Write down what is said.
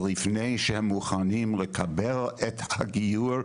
ולפני שהם מוכנים לקבל את הגיור,